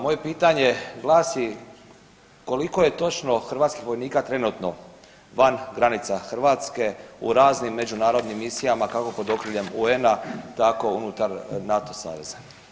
Moje pitanje glasi, koliko je točno hrvatskih vojnika trenutno van granica Hrvatske u raznim međunarodnim misijama kako pod okriljem UN-a tako unutar NATO saveza.